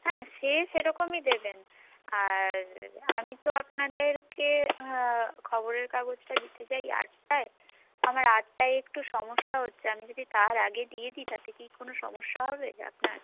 হ্যাঁ সে সেরকমই দেবেন আর আমি তো আপনাদেরকে খবরের কাগজটা দিতে যাই আটটায় আমার আটটায় একটু সমস্যা হচ্ছে আমি যদি তার আগে দিয়ে দিই তাতে কি কোনো সমস্যা হবে আপনার